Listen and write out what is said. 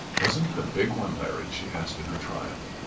wasn't it a big one, larry? she asked in her triumph.